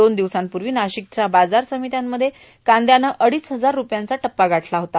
दोन दिवसांपूर्वी नाशिकच्या बाजार समित्यांमध्ये कांद्यानं अडीच हजार रूपयांचा टप्पा गाठला होता